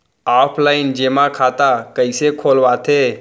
Offline जेमा खाता कइसे खोलवाथे?